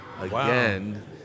again